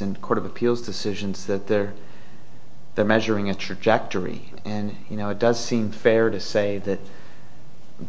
and court of appeals decision that they're measuring a trajectory and you know it does seem fair to say that